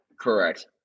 Correct